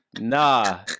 Nah